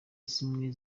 zimwe